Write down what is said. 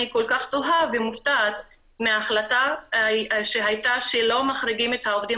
אני כל כך תוהה ומופתעת מההחלטה שהייתה שלא מחריגים את העובדים